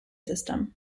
system